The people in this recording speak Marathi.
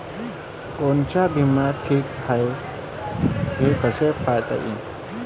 कोनचा बिमा ठीक हाय, हे कस पायता येईन?